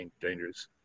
dangerous